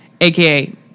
AKA